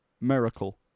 miracle